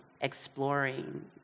exploring